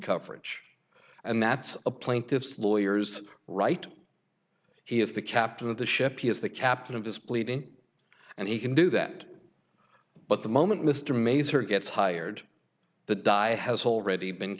coverage and that's a plaintiff's lawyers right he is the captain of the ship he is the captain of his pleading and he can do that but the moment mr maser gets hired the dye has already been